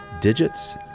digits